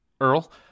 Earl